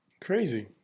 crazy